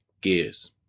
gears